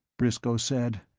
briscoe said,